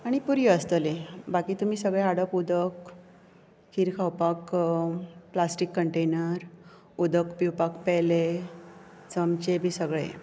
आनी पुरयो आसतले बाकी तुमी सगळें हाडप उदक खीर खावपाक प्लासिटीक कंटेनर उदक पिवपाक पेले चमचे बी सगळें